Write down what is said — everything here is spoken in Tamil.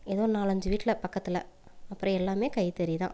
ஏதோ நாலு அஞ்சு வீட்டில பக்கத்தில் அப்புறம் எல்லாமே கைத்தறி தான்